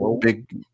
big